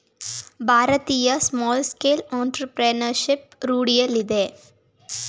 ಭಾರತದಲ್ಲಿ small scale entrepreneurship ರೂಢಿಯಲ್ಲಿದೆ